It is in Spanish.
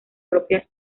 propias